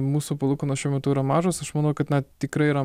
mūsų palūkanos šiuo metu yra mažos aš manau kad na tikrai yra